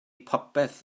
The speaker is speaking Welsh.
popeth